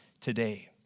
today